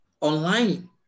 online